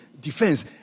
defense